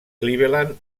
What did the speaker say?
cleveland